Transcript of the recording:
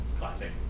Classic